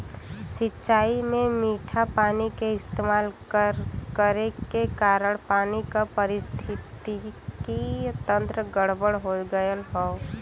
सिंचाई में मीठा पानी क इस्तेमाल करे के कारण पानी क पारिस्थितिकि तंत्र गड़बड़ हो गयल हौ